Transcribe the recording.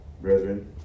Brethren